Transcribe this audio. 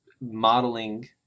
modeling